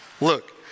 Look